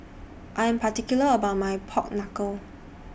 I'm particular about My Pork Knuckle